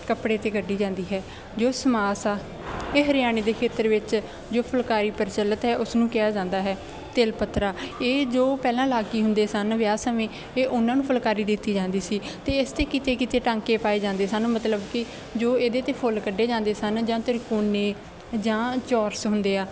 ਕੱਪੜੇ 'ਤੇ ਕੱਢੀ ਜਾਂਦੀ ਹੈ ਜੋ ਸਮਾਸ ਆ ਇਹ ਹਰਿਆਣੇ ਦੇ ਖੇਤਰ ਵਿੱਚ ਜੋ ਫੁਲਕਾਰੀ ਪ੍ਰਚਲਿੱਤ ਹੈ ਉਸ ਨੂੰ ਕਿਹਾ ਜਾਂਦਾ ਹੈ ਤਿਲ ਪੱਤਰਾਂ ਇਹ ਜੋ ਪਹਿਲਾਂ ਲਾਗੀ ਹੁੰਦੇ ਸਨ ਵਿਆਹ ਸਮੇਂ ਇਹ ਉਹਨਾਂ ਨੂੰ ਫੁਲਕਾਰੀ ਦਿੱਤੀ ਜਾਂਦੀ ਸੀ ਅਤੇ ਇਸ 'ਤੇ ਕਿਤੇ ਕਿਤੇ ਟਾਂਕੇ ਪਾਏ ਜਾਂਦੇ ਸਨ ਮਤਲਬ ਕਿ ਜੋ ਇਹਦੇ 'ਤੇ ਫੁੱਲ ਕੱਢੇ ਜਾਂਦੇ ਸਨ ਜਾਂ ਤਿਰਕੋਣੇ ਜਾਂ ਚੋਰਸ ਹੁੰਦੇ ਆ